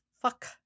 Fuck